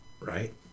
right